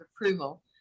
approval